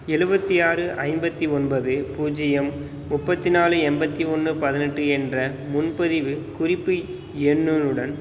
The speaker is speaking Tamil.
எழுவத்தி ஆறு ஐம்பத்தி ஒன்பது பூஜ்ஜியம் முப்பத்தி நாலு எண்பத்தி ஒன்னு பதினெட்டு என்ற முன்பதிவுக் குறிப்பு எண்ணுடன்